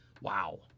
Wow